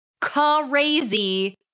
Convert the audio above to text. Crazy